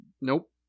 Nope